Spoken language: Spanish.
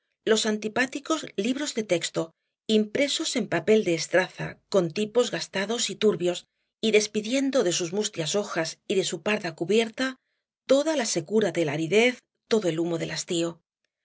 los antipáticos libros de texto impresos en papel de estraza con tipos gastados y turbios y despidiendo de sus mustias hojas y de su parda cubierta toda la secura de la aridez todo el humo del hastío